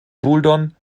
bouldern